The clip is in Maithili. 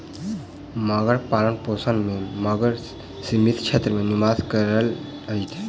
मगर पालनपोषण में मगर सीमित क्षेत्र में निवास करैत अछि